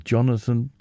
Jonathan